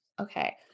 okay